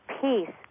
peace